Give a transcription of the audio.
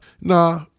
nah